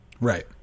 right